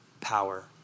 power